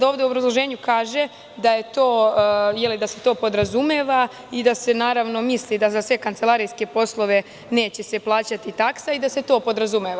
U obrazloženju kažeda se to podrazumeva, i da se naravno, misli da za sve kancelarijske poslove neće se plaćati taksa i da se to podrazumeva.